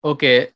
Okay